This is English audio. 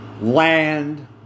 land